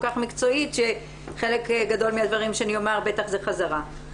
כך מקצועית שחלק גדול מהדברים שאני אומר בטח זה חזרה.